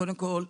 קודם כול,